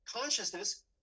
consciousness